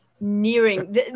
nearing